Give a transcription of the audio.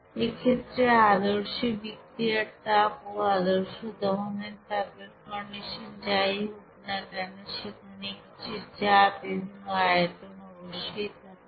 এক্ষেত্রে আদর্শ বিক্রিয়ায় তাপ ও আদর্শের দহনের তাপের কন্ডিশন যাই হোক না কেন সেখানে কিছু চাপ এবং আয়তন অবশ্যই থাকবে